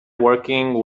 working